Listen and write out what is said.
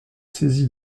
saisi